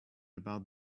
about